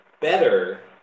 better